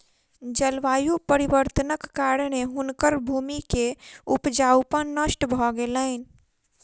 जलवायु परिवर्तनक कारणेँ हुनकर भूमि के उपजाऊपन नष्ट भ गेलैन